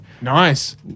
Nice